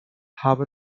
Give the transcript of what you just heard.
have